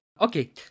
Okay